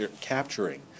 capturing